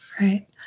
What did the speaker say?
Right